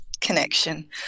connection